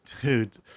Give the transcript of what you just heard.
dude